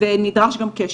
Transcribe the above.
ונדרש גם קשר,